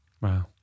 Wow